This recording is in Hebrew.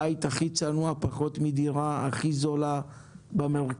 בית הכי צנוע, פחות מדירה הכי זולה במרכז.